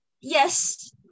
Yes